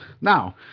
Now